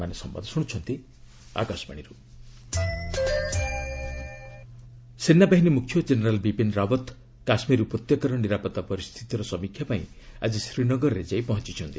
general Rawat ସେନାବାହିନୀ ମୁଖ୍ୟ general Bipin Rawat Kashmir ଉପତ୍ୟକାର ନିରାପତ୍ତା ପରିସ୍ଥିତିର ସମୀକ୍ଷା ପାଇଁ ଆଜି ଶ୍ରୀନଗରରେ ଯାଇ ପହଞ୍ଚଛନ୍ତି